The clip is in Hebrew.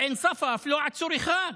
בעין ספא, אף לא עצור אחד.